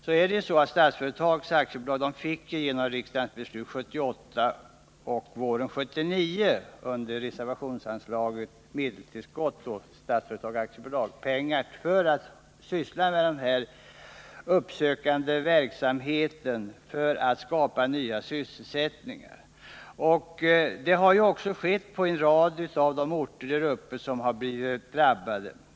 Genom riksdagsbeslut hösten 1978 och våren 1979 fick Statsföretag pengar för att syssla med uppsökande verksamhet och därmed » skapa ny sysselsättning. Detta har också skett på en rad orter där uppe som blivit drabbade.